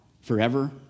forever